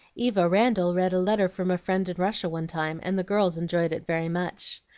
eva randal read a letter from a friend in russia one time, and the girls enjoyed it very much.